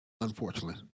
Unfortunately